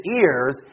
ears